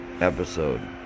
episode